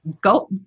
go